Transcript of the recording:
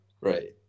Right